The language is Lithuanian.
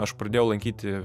aš pradėjau lankyti